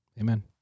Amen